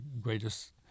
greatest